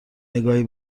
نگاهی